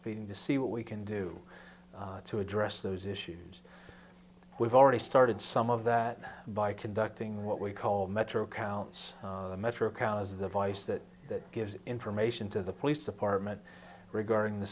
speeding to see what we can do to address those issues we've already started some of that by conducting what we call metro counts metro caus device that gives information to the police department regarding the